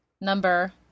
number